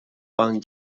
wann